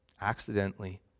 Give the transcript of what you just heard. accidentally